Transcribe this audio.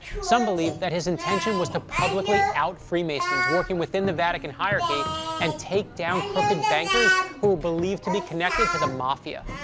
some believe that his intention was to publicly out freemasons working within the vatican hierarchy and take down crooked bankers who were believed to be connected to the mafia.